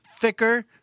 thicker